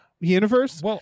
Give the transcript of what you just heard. universe